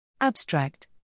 Abstract